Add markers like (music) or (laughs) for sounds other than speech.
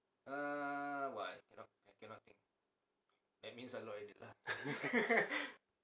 (laughs)